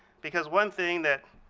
because one thing that,